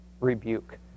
rebuke